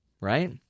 right